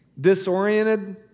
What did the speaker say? disoriented